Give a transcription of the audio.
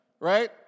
Right